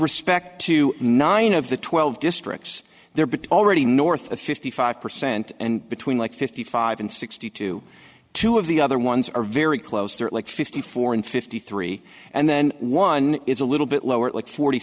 respect to nine of the twelve districts there but already north of fifty five percent and between like fifty five and sixty two two of the other ones are very close to fifty four in fifty three and then one is a little bit lower like forty